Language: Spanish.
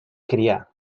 cría